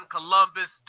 Columbus